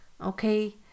okay